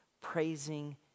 praising